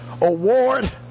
award